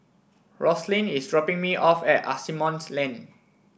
Roslyn is dropping me off at Asimont Lane